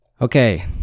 Okay